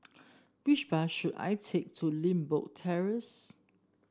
which bus should I take to Limbok Terrace